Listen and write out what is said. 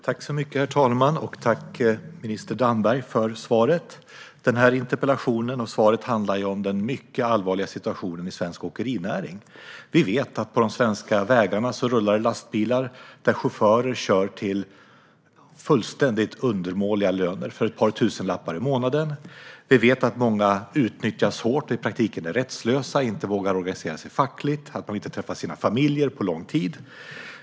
Herr talman! Tack, minister Damberg, för svaret! Den här interpellationen och svaret på den handlar om den mycket allvarliga situationen i svensk åkerinäring. Vi vet att det på de svenska vägarna rullar lastbilar där chaufförer kör till fullständigt undermåliga löner, ett par tusenlappar i månaden. Vi vet att många utnyttjas hårt och i praktiken är rättslösa. De vågar inte organisera sig fackligt, och de träffar inte sina familjer på lång tid.